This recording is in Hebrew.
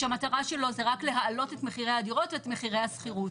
שהמטרה שלו זה רק להעלות את מחירי הדירות ואת מחירי השכירות.